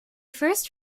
first